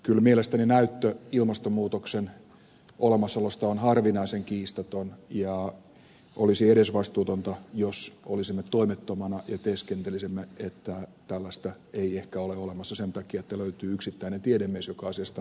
kyllä mielestäni näyttö ilmastonmuutoksen olemassaolosta on harvinaisen kiistaton ja olisi edesvastuutonta jos olisimme toimettomina ja teeskentelisimme että tällaista ei ehkä ole olemassa sen takia että löytyy yksittäinen tiedemies joka asiasta on toista mieltä